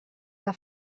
que